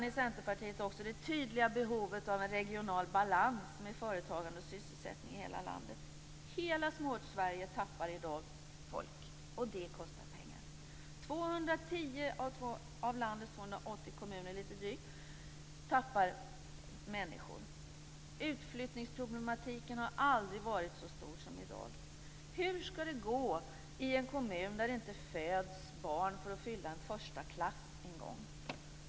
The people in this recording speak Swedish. Vi i Centerpartiet ser det tydliga behovet av en regional balans med företagande och sysselsättning i hela landet. Hela Småortssverige tappar i dag folk, och det kostar pengar. Lite drygt Utflyttningsproblematiken har aldrig varit så stor som i dag. Hur skall det gå i en kommun där det inte föds barn för att fylla en förstaklass en gång?